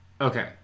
okay